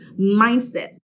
mindset